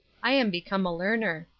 i am become a learner.